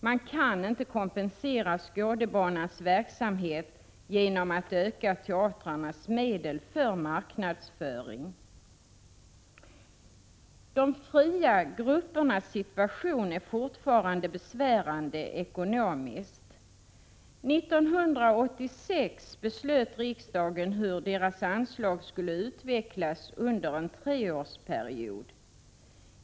Man kan inte kompensera Skådebanans verksamhet genom att öka teatrarnas medel för marknadsföring. De fria gruppernas situation är ekonomiskt fortfarande besvärande. 1986 beslöt riksdagen hur deras anslag skulle utvecklas under en treårsperiod.